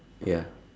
ya